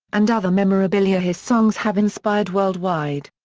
and other memorabilia his songs have inspired world-wide.